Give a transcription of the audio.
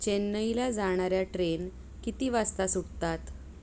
चेन्नईला जाणाऱ्या ट्रेन किती वाजता सुटतात